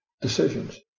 decisions